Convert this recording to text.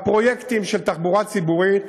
והפרויקטים של תחבורה ציבורית,